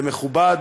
זה מכובד,